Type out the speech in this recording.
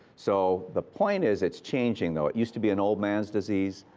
so, the point is it's changing, though. it used to be an old man's disease.